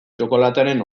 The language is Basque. txokolatearen